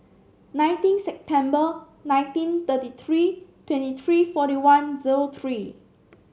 nineteen September nineteen thirty three twenty three forty one zero three